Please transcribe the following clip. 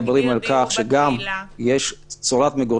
בקהילה.